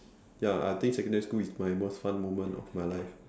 ya I think secondary school is my most fun moment of my life